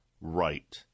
right